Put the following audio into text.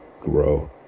grow